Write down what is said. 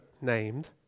named